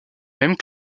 même